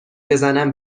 بزنم